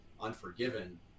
Unforgiven